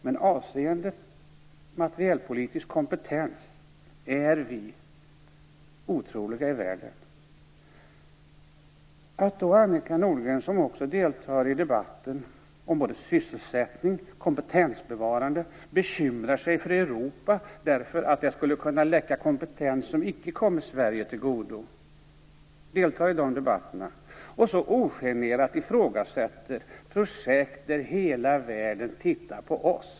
Men avseende materielpolitisk kompetens är vi unika i världen. Annika Nordgren deltar också i debatten om sysselsättning och kompetensbevarande och bekymrar sig när det gäller Europa, eftersom det skulle kunna läcka kompetens som icke kommer Sverige tillgodo. Och så ifrågasätter hon så ogenerat projekt som gör att hela världen tittar på oss!